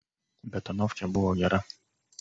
betonovkė buvo gera